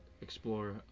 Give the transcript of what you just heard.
explore